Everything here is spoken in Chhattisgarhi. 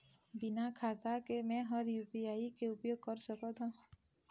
बिना खाता के म हर यू.पी.आई के उपयोग कर सकत हो?